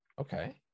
Okay